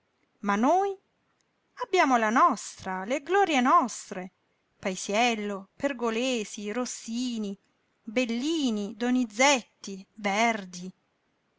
ma noi abbiamo la nostra le glorie nostre paisiello pergolesi rossini bellini donizetti verdi